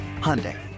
Hyundai